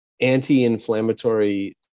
anti-inflammatory